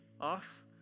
off